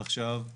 עכשיו,